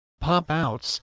pop-outs